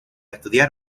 estudiar